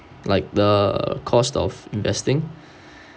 like the cost of investing